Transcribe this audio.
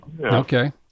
Okay